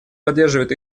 поддерживает